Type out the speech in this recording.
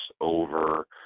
over